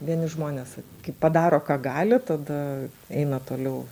vieni žmonės kai padaro ką gali tada eina toliau